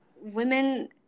women